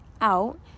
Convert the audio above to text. out